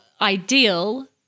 ideal